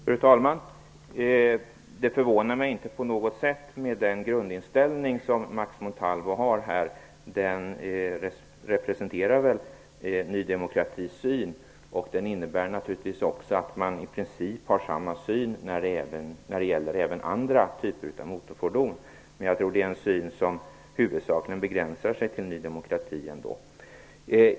Fru talman! Med tanke på den grundinställning som Max Montalvo har förvånar mig hans åsikt inte på något sätt. Den representerar förmodligen Ny demokratis syn. I princip har man naturligtvis samma uppfattning även när det gäller andra typer av motorfordon. Jag tror dock att denna åsikt huvudsakligen begränsar sig till Ny demokrati.